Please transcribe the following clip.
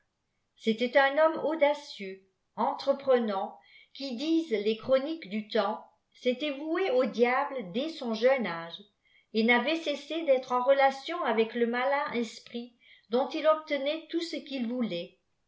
c'était un homme audacieux entreprenant qui disent les chroniques du temps s'était voué au diable dès son jeune âge et n'avait cessé d'être en relation avec le malin esprit dont il obtenait tout ce qu'il voulait